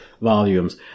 volumes